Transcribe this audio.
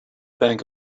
bank